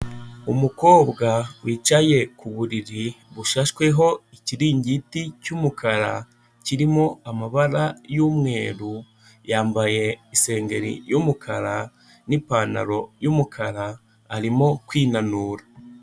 Umukobwa wicaye ku buriri bushashweho ikiringiti cy'umukara, kirimo amabara y'umweru, yambaye isengeri y'umukara n'ipantaro y'umukara arimo kwinanura.